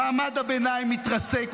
מעמד הביניים מתרסק,